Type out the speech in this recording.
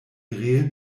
ree